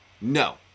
No